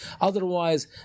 Otherwise